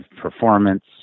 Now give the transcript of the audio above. performance